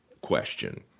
question